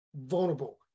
vulnerable